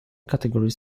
category